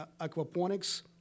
aquaponics